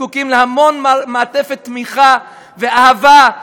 זקוקים להמון מעטפת תמיכה ואהבה,